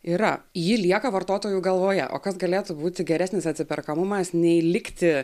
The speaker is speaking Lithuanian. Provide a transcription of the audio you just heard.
yra ji lieka vartotojų galvoje o kas galėtų būti geresnis atsiperkamumas nei likti